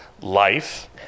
life